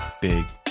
big